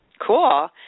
Cool